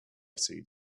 seeds